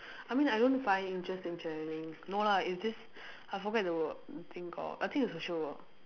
I mean I don't find interest in travelling no lah it's just I forget the work think uh I think it's social work